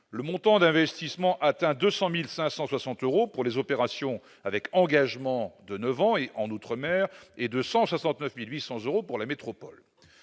le montant d'investissement atteint 200 560 euros pour les opérations avec engagement de neuf ans outre-mer et 169 800 euros en métropole.